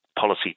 policy